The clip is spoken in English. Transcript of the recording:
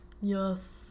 Yes